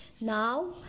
Now